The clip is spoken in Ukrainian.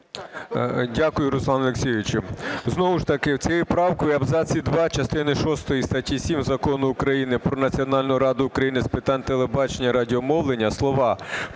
Дякую, Руслане Олексійовичу. Знову ж таки цією правкою в абзаці два частини шостої статті 7 Закону України "Про Національну раду України з питань телебачення і радіомовлення" слова